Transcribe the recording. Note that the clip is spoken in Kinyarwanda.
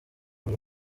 muri